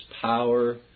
power